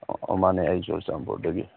ꯑꯧ ꯑꯧ ꯃꯥꯅꯦ ꯑꯩ ꯆꯨꯔꯆꯥꯟꯄꯨꯔꯗꯒꯤ